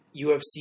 UFC